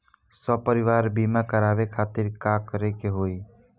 सपरिवार बीमा करवावे खातिर का करे के होई?